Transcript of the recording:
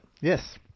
Yes